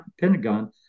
Pentagon